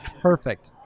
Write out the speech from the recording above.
Perfect